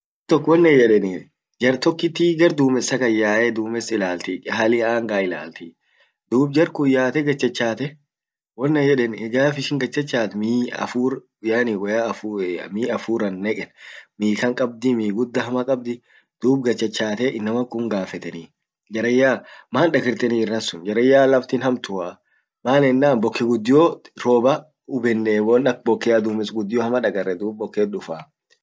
jar tokkit gar dumessa kan yae, dumess ilaltii, hali anga ilalti .dub jar kun yaate gad cchacate wonan yedeni gaf ishin gad cchachat, mi affur yani woyya mi afuran neken. Mi kan kabdi mi gudda hama kabdi, dub gad cchachate inama kun hingafetenii, jaranya maan dagarteni irran sun, jaranyaa laftin hamtua ,maan ennan bokke guddiot roba hubbene won ak bokkea dummes guddio hama dagarre, dub bokket dufaa.